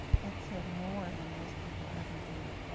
yet said more than most people ever do.